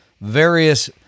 various